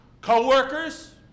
Co-workers